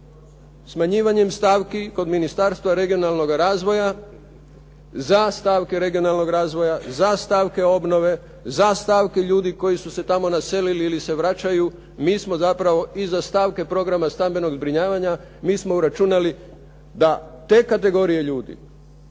Smanjivanjem stavki kod Ministarstva regionalnog razvoja za stavke regionalnog razvoja, za stavke obnove, za stavke ljudi koji su se tamo naselili ili se vraćaju, mi smo zapravo i za stavke programa stambenog zbrinjavanja, mi smo uračunali da te kategorije ljudi,